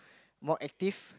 more active